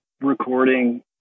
recording